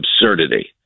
absurdity